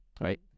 Right